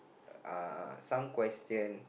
uh some question